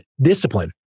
discipline